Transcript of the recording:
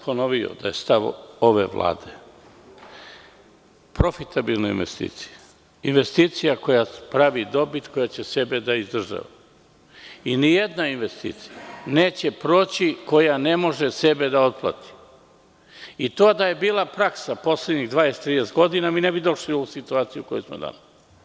Ponovio sam da je stav ove Vlade profitabilna investicija, investicija koja pravi dobit, koja će sebe da izdržava i nijedna investicija neće proći koja ne može sebe da otplati, a to da je bila praksa poslednjih 20, 30 godina, mi ne bi došli u situaciju u kojoj smo danas.